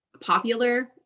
popular